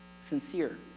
sincere